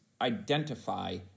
identify